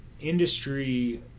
industry